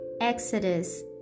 Exodus